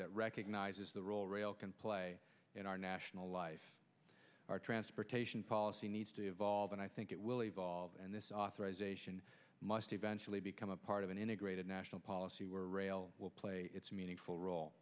that recognizes the role rail can play in our national life our transportation policy needs to evolve and i think it will evolve and this authorization must eventually become a part of an integrated national policy where rail will play its meaningful role